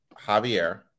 Javier